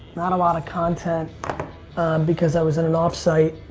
not a lot of content because i was in an off-site.